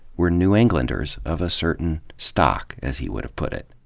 were new englanders of a certain stock, as he would have put it.